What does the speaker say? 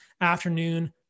afternoon